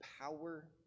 power